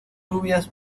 lluvias